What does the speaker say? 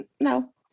no